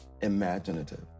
imaginative